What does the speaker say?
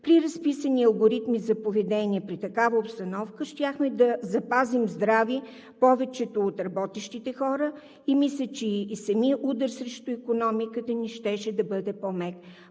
при разписани алгоритми за поведение при такава обстановка, щяхме да запазим здрави повечето от работещите хора и мисля, че самият удар срещу икономиката ни щеше да бъде по-мек.